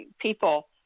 people